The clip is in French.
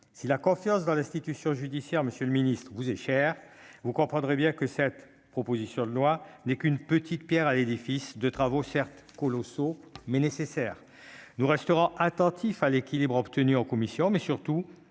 si la confiance dans l'institution judiciaire, Monsieur le Ministre, vous est chère, vous comprendrez bien que cette proposition de loi n'est qu'une petite Pierre à l'édifice de travaux certes colossaux mais nécessaire, nous resterons attentifs à l'équilibre obtenu en commission mais surtout